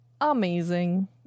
amazing